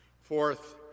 Fourth